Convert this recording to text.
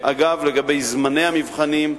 אגב, לגבי זמני המבחנים,